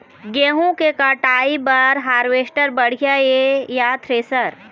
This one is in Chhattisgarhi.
गेहूं के कटाई बर हारवेस्टर बढ़िया ये या थ्रेसर?